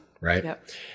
right